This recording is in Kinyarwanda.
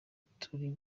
turi